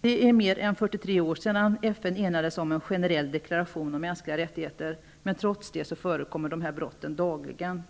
Det är mer än 43 år sedan FN enades om en generell deklaration om mänskliga rättigheter, men trots detta förekommer sådana här brott dagligen.